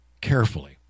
carefully